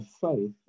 faith